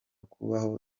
kubaho